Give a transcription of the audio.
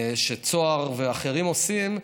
שצהר ואחרים עושים,